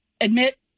admit